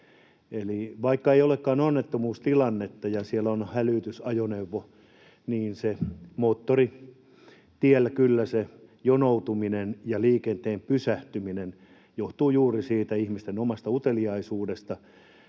vaikka ei olekaan onnettomuustilannetta ja siellä on hälytysajoneuvo, niin moottoritiellä kyllä se jonoutuminen ja liikenteen pysähtyminen johtuvat juuri siitä ihmisten omasta uteliaisuudesta,